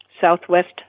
Southwest